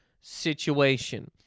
situation